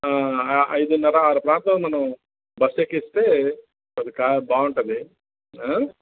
ఆ ఐదున్నర ఆరు దాకా మనం బస్ ఎక్కేస్తే చాలా బాగుంటుంది ఆ